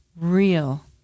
real